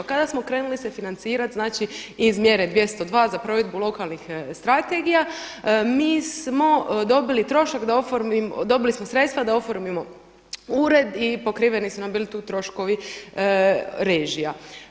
Kada smo krenuli se financirati znači iz mjere 202 za provedbu lokalnih strategija, mi smo dobili trošak da oformimo, dobili smo sredstva da oformimo ured i pokriveni su nam bili tu troškovi režija.